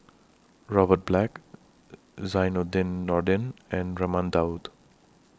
Robert Black Zainudin Nordin and Raman Daud